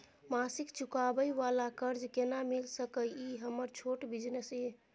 मासिक चुकाबै वाला कर्ज केना मिल सकै इ हमर छोट बिजनेस इ?